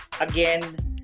Again